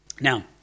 Now